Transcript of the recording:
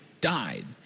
died